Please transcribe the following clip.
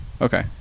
Okay